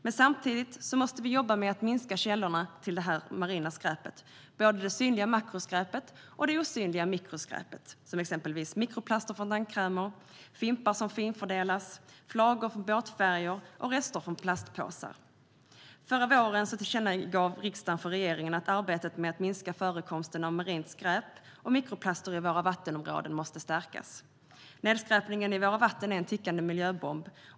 Men samtidigt måste vi jobba med att minska källorna till det marina skräpet, både det synliga makroskräpet och det osynliga mikroskräpet som exempelvis mikroplaster från tandkrämer, fimpar som finfördelas, flagor från båtfärger och rester av plastpåsar. Förra våren tillkännagav riksdagen för regeringen att arbetet med att minska förekomsten av marint skräp och mikroplaster i våra vattenområden måste stärkas. Nedskräpningen i våra vatten är en tickande miljöbomb.